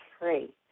free